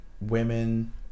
women